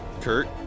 Kurt